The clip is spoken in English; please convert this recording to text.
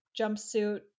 jumpsuit